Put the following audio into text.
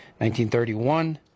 1931